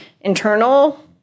internal